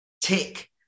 tick